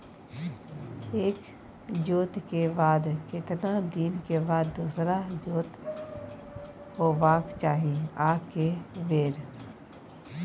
एक जोत के बाद केतना दिन के बाद दोसर जोत होबाक चाही आ के बेर?